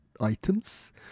items